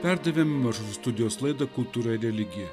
perdavėm mažosios studijos laida kultūra ir religija